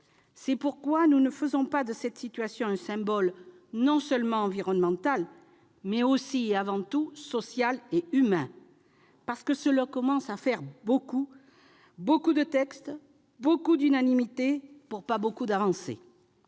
C'est pourquoi nous faisons de cette situation un symbole non seulement environnemental, mais aussi, et avant tout, social et humain. Car cela commence à faire beaucoup- beaucoup de textes, beaucoup d'unanimités -pour bien peu d'avancées.